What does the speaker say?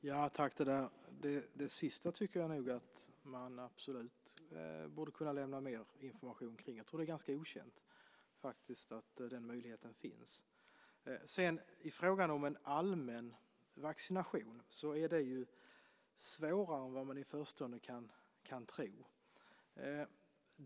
Fru talman! Det sista tycker jag att man absolut borde kunna lämna mer information om. Jag tror faktiskt att det är ganska okänt att den möjligheten finns. I fråga om en allmän vaccination är det svårare än man i förstone kan tro.